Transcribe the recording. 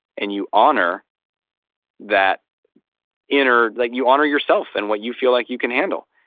and you honor that inner, like you honor yourself and what you feel like you can handle.